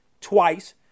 twice